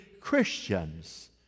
Christians